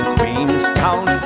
Queenstown